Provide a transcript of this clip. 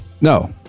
No